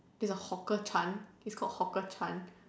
there's a hawker Chan it's called hawker Chan